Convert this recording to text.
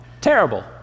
Terrible